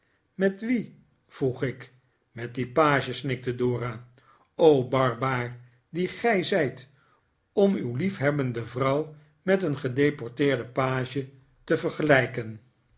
met wien vroeg ik met dien page snikte dora barbaar die gij zijt om uw liefhebbende vrouw met een gedeporteerden page te vergelijik